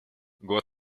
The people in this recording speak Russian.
год